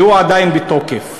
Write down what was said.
והוא עדיין בתוקף.